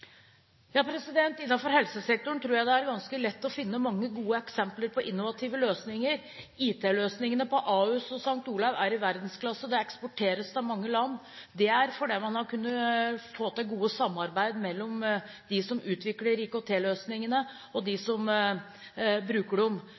helsesektoren tror jeg det er ganske lett å finne mange gode eksempler på innovative løsninger. IT-løsningene på Ahus og St. Olavs Hospital er i verdensklasse. Det eksporteres til mange land. Dette skyldes at man har kunnet få til gode samarbeid mellom dem som utvikler IKT-løsningene, og